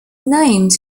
named